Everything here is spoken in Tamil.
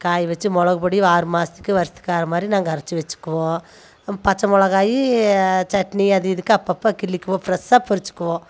காய வச்சு மிளகு பொடி ஆறு மாதத்துக்கு வருடத்துக்கு ஆகிற மாதிரி நாங்கள் அரைத்து வச்சுக்குவோம் பச்சை மிளகாயி சட்னி அது இதுக்கு அப்போப்ப கிள்ளிப்போம் ஃபரெஷ்ஷாக பறிச்சுக்குவோம்